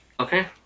Okay